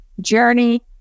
journey